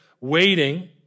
waiting